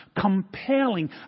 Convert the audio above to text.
compelling